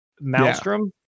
maelstrom